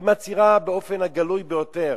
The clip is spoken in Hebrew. היא מצהירה באופן הגלוי ביותר: